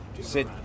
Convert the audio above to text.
sit